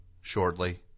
shortly